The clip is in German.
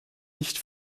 nicht